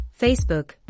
Facebook